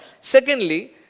Secondly